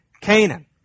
Canaan